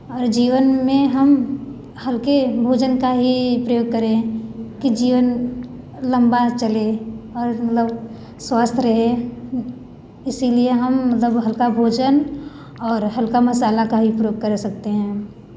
और जीवन में हम हल्के भोजन का ही प्रयोग करें कि जीवन लंबा चले और मतलब स्वस्थ रहे इसीलिए हम मतलब हल्का भोजन और हल्का मसाला का ही प्रयोग कर सकते हैं